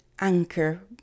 Anchor